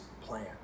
plan